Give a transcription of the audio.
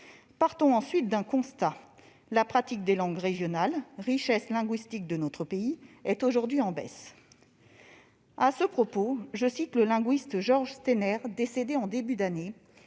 Partons, ensuite, d'un constat : la pratique des langues régionales, richesse linguistique de notre pays, est aujourd'hui en baisse. À ce propos, je cite le linguiste George Steiner, décédé en début d'année